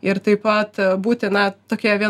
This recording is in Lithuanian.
ir taip pat būtina tokioje